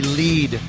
lead